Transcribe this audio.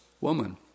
woman